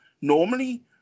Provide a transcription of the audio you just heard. normally